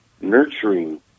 nurturing